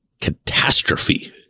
catastrophe